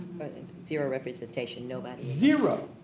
but and zero representation, nobody. zero.